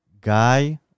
guy